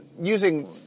using